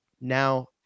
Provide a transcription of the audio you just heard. now